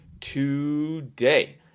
today